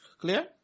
clear